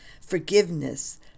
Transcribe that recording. Forgiveness